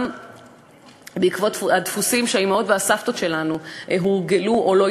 גם בעקבות הדפוסים שהאימהות והסבתות שלנו הורגלו אליהם,